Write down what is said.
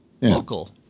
Local